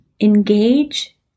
engage